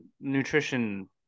nutrition